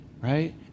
right